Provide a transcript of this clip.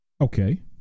Okay